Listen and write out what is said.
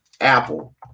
Apple